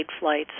flights